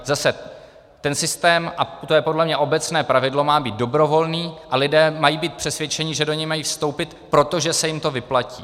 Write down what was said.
Zase, ten systém, a to je podle mě obecné pravidlo, má být dobrovolný a lidé mají být přesvědčeni, že do něj mají vstoupit proto, že se jim to vyplatí.